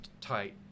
tight